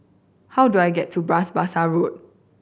how do I get to Bras Basah Road